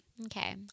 Okay